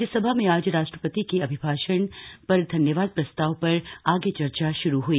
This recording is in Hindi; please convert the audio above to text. राज्यसभा में आज राष्ट्रपति के अभिभाषण पर धन्यवाद प्रस्ताव पर आगे चर्चा शुरू हई